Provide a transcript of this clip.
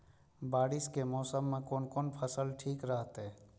बारिश के मौसम में कोन कोन फसल ठीक रहते?